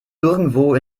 irgendwo